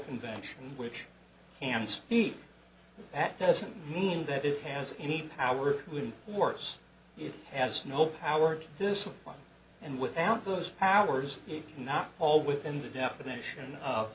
convention which can speak that doesn't mean that it has any power in force it has no power to this one and without those powers not all within the definition of